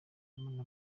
obama